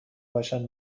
باشد